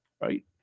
Right